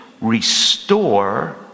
Restore